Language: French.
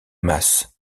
masse